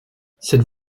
cette